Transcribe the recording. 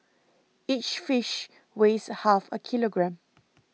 each fish weighs half a kilogram